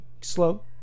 slow